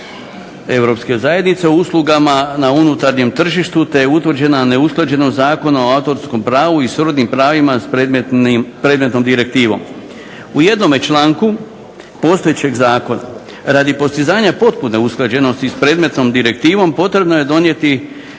Europske zajednice, uslugama na unutarnjem tržištu, te je utvrđena neusklađenost Zakona o autorskom pravu i srodnim pravima s predmetnom direktivom. U jednome članku postojećeg zakona radi postizanja potpune usklađenost s predmetnom direktivom potrebno je donijeti